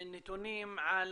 נתונים על